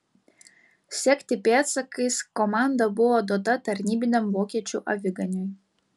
sekti pėdsakais komanda buvo duota tarnybiniam vokiečių aviganiui